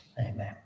Amen